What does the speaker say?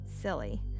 silly